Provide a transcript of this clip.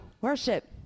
worship